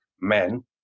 men